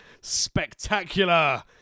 spectacular